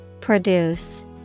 Produce